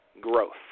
growth